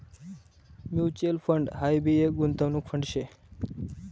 mutual fund हाई भी एक गुंतवणूक फंड शे